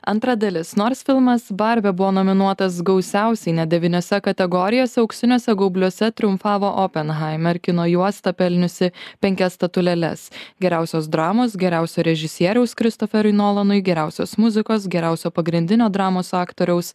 antra dalis nors filmas barbė buvo nominuotas gausiausiai net devyniose kategorijose auksiniuose gaubliuose triumfavo openhaimer kino juosta pelniusi penkias statulėles geriausios dramos geriausio režisieriaus kristoferiui nuolanui geriausios muzikos geriausio pagrindinio dramos aktoriaus